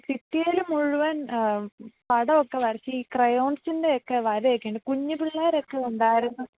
ഭിത്തിയിൽ മുഴുവൻ പടമൊക്കെ വരച്ചീ ക്രയോൺസിൻ്റെയെക്കെ വരയൊക്കെയുണ്ട് കുഞ്ഞ് പിള്ളേരൊക്കെ ഉണ്ടായിരുന്ന